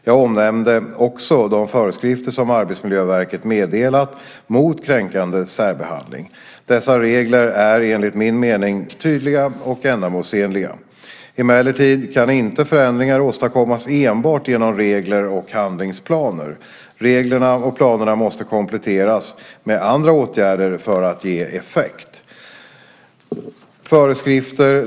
Jag omnämnde också de föreskrifter som Arbetsmiljöverket meddelat mot kränkande särbehandling. Dessa regler är enligt min mening tydliga och ändamålsenliga. Emellertid kan inte förändringar åstadkommas enbart genom regler eller handlingsplaner. Reglerna och planerna måste kompletteras med andra åtgärder för att ge effekt.